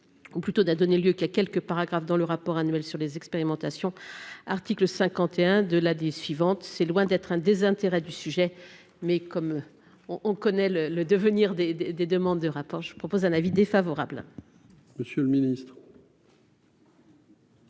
ou plutôt d'a donné lieu qu'à quelques paragraphes dans le rapport annuel sur les expérimentations article 51 de la des suivante c'est loin d'être un désintérêt du sujet, mais comme on on connaît le le devenir des, des, des demandes de rapport, je propose un avis défavorable. Monsieur le Ministre.